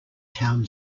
town